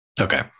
Okay